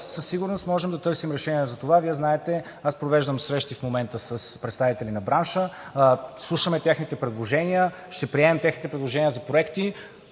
със сигурност можем да търсим решение за това. Вие знаете, аз провеждам срещи в момента с представители на бранша, слушаме техните предложения, ще приемем техните предложения за проекти.